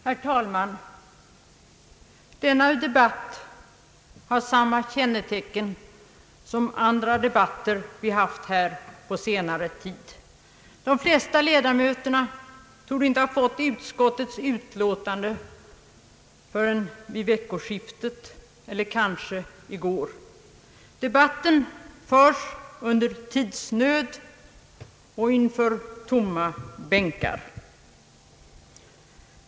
Herr talman! Denna debatt har samma kännetecken som andra debatter som förts här under senare tid. De flesta ledamöterna torde inte ha fått utskottets utlåtande förrän vid veckoskiftet eller kanske i går. Debatten förs under tidsnöd och inför tomma bänkar.